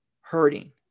hurting